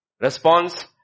Response